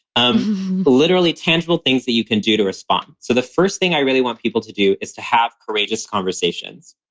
um literally tangible things that you can do to respond. so the first thing i really want people to do is to have courageous conversations.